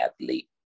athlete